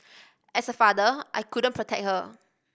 as a father I couldn't protect her